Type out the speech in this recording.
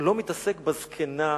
לא מתעסק בזקנה,